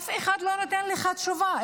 אף אחד לא נותן לך תשובה.